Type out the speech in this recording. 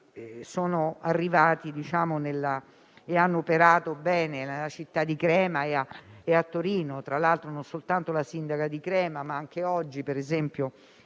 sono arrivati e hanno operato bene nella città di Crema e a Torino. Tra l'altro, non soltanto la sindaca di Crema ma anche oggi le istituzioni